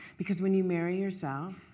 because when you marry yourself,